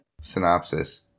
synopsis